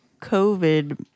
COVID